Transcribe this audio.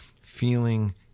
feeling